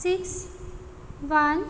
six one